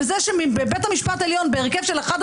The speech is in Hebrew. וזה שבבית המשפט העליון בהרכב של 11